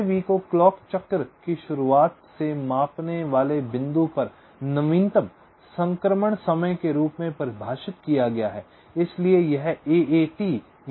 v को clock चक्र की शुरुआत से मापने वाले बिंदु पर नवीनतम संक्रमण समय के रूप में परिभाषित किया गया है